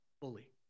fully